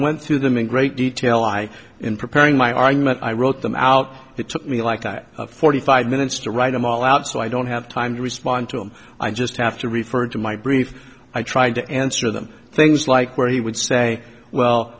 went through them in great detail i in preparing my argument i wrote them out it took me like a forty five minutes to write them all out so i don't have time to respond to him i just have to refer to my brief i tried to answer them things like where he would say well